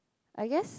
I guess